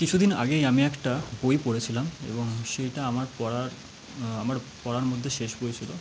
কিছুদিন আগেই আমি একটা বই পড়েছিলাম এবং সেইটা আমার পড়ার আমার পড়ার মধ্যে শেষ বই ছিলো